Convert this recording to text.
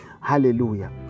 Hallelujah